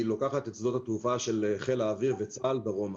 לוקחת את שדות התעופה של חיל האוויר וצה"ל דרומה.